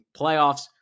playoffs